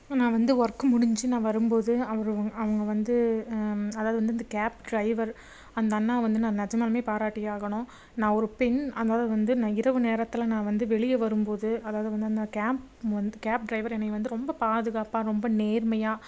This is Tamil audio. நான் வந்து ஒர்க்கு முடிஞ்சு நான் வரும்போது அவரு அவங்க வந்து அதாவது வந்து இந்த கேப் டிரைவர் அந்த அண்ணா வந்து நான் நிஜமாலுமே பாராட்டியே ஆகணும் நான் ஒரு பெண் அதுனால் வந்து நான் இரவு நேரத்தில் நான் வந்து வெளியே வரும்போது அதாவது வந்து அந்த கேப் வந்து கேப் டிரைவர் என்னைய வந்து ரொம்ப பாதுகாப்பாக ரொம்ப நேர்மையாக